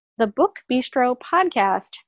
thebookbistropodcast